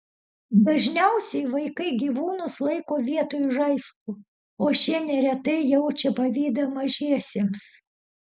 dažniausiai vaikai gyvūnus laiko vietoj žaislų o šie neretai jaučia pavydą mažiesiems